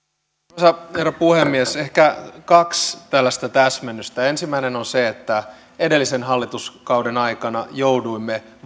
arvoisa herra puhemies ehkä kaksi tällaista täsmennystä ensimmäinen on se että edellisen hallituskauden aikana jouduimme